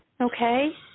Okay